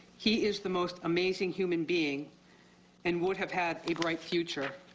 he is the most amazing human being and would have had a bright future.